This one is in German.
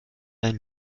ein